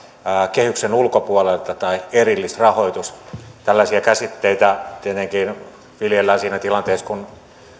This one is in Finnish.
kehyksen ulkopuolelta tai erillisrahoituksella tällaisia käsitteitä tietenkin viljellään siinä tilanteessa kun